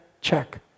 check